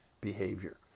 behavior